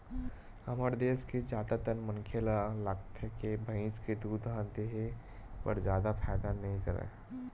हमर देस के जादातर मनखे ल लागथे के भइस के दूद ह देहे बर जादा फायदा नइ करय